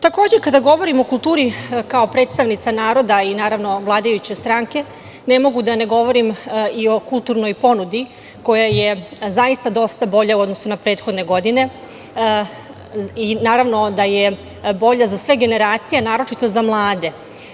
Takođe, kada govorimo o kulturi kao predstavnica naroda i naravno vladajuće stranke ne mogu da ne govorim i o kulturnoj ponudi koja je zaista dosta bolja u odnosu na prethodne godine i naravno da je bolja za sve generacije, naročito za mlade.